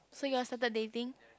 so you all started dating